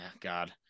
God